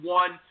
one